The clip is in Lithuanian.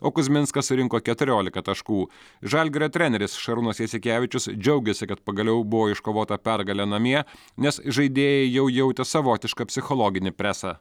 o kuzminskas surinko keturiolika taškų žalgirio treneris šarūnas jasikevičius džiaugėsi kad pagaliau buvo iškovota pergalė namie nes žaidėjai jau jautė savotišką psichologinį presą